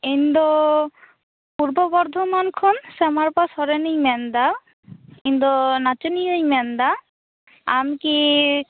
ᱤᱧ ᱫᱚ ᱯᱩᱨᱵᱚᱵᱚᱨᱫᱷᱚᱢᱟᱱ ᱠᱷᱚᱱ ᱥᱟᱢᱟᱨᱯᱟ ᱥᱚᱨᱮᱱ ᱤᱧ ᱢᱮᱱ ᱫᱟ ᱤᱧᱫᱚ ᱱᱟᱪᱚᱱᱤᱭᱟ ᱧ ᱢᱮᱱ ᱮᱫᱟ ᱟᱢᱠᱤ